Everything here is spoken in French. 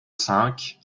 cinq